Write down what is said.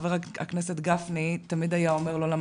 חבר הכנסת גפני תמיד היה אומר בוועדת הכספים,